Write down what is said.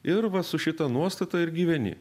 ir va su šita nuostata ir gyveni